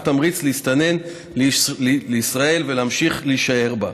תמריץ להסתנן לישראל ולהמשיך להישאר בה.